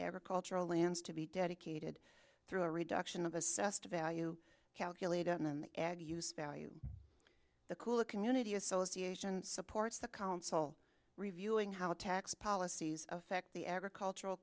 ever cultural lands to be dedicated through a reduction of assessed value calculated in the value the cool community association supports the council reviewing how tax policies affect the agricultural